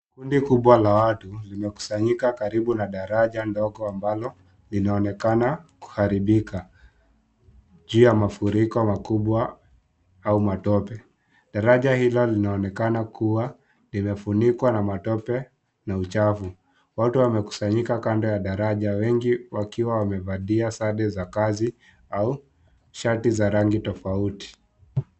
Kundi kubwa la watu limekusanyika karibu na daraja ndogo ambalo linaonekana kuharibika juu ya mafuriko makubwa au matope. Daraja hilo linaonekana kuwa limefunikwa na matope na uchafu. Watu wamekusanyika kando ya daraja, wengi wakiwa wamevalia sare za kazi au shati za rangi tofauti.